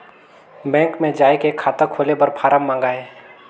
Bank मे जाय के खाता खोले बर फारम मंगाय?